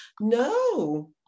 No